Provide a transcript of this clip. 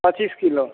पच्चीस किलो